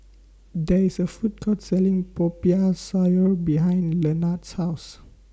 There IS A Food Court Selling Popiah Sayur behind Lenard's House